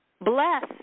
Bless